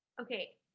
Okay